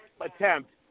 attempt